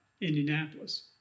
Indianapolis